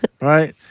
right